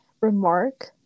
remark